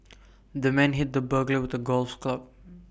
the man hit the burglar with A golf club